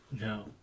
No